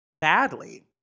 badly